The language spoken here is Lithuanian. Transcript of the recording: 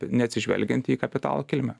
neatsižvelgiant į kapitalo kilmę